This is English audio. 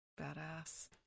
Badass